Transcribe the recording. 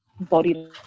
body